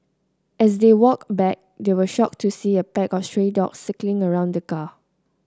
as they walked back they were shocked to see a pack of stray dogs circling around the car